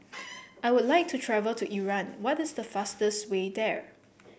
I would like to travel to Iran what is the fastest way there